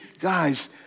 guys